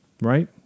right